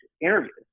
interviews